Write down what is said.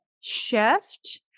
shift